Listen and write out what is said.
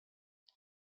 بیاد